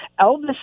Elvis